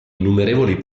innumerevoli